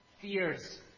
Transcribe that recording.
fears